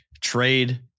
Trade